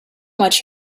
much